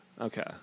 Okay